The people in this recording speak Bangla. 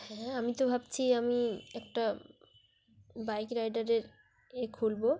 হ্যাঁ আমি তো ভাবছি আমি একটা বাইক রাইডারের এ খুলব